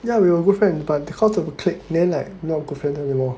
yeah we were good friend but because of a clique then like not good friends anymore